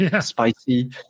spicy